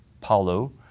Paulo